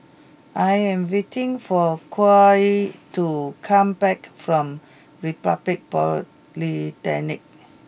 I am waiting for Khalil to come back from Republic Polytechnic